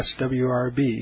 swrb